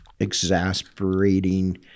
Exasperating